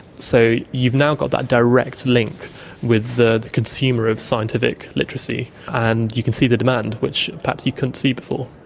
so you've now got that direct link with the consumer of scientific literacy, and you can see the demand, which perhaps you couldn't see before.